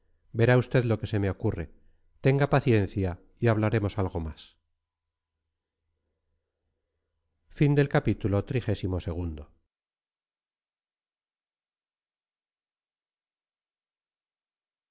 verá usted lo que se me ocurre tenga paciencia y hablaremos algo más